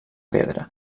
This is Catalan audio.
pedra